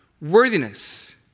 worthiness